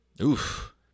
Oof